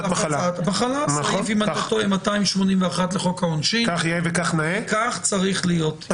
סעיף 281 לחוק העונשין כך צריך להיות.